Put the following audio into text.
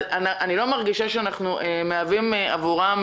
אני לא מרגישה שאנחנו מהווים עבורם